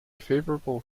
favourable